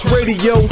Radio